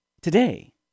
today